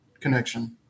connection